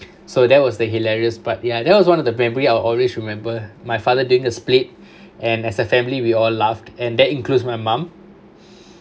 so that was the hilarious part ya that was one of the memory I'll always remember my father during a split and as a family we all laughed and that includes my mum